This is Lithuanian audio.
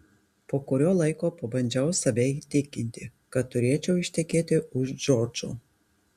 po kurio laiko pabandžiau save įtikinti kad turėčiau ištekėti už džordžo